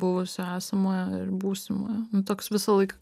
buvusio esamojo ir būsimojo nu toks visą laiką